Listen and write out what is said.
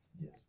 Yes